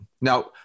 now